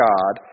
God